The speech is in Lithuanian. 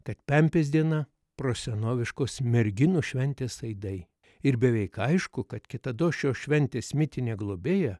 kad pempės diena prosenoviškos merginų šventės aidai ir beveik aišku kad kitados šios šventės mitinė globėja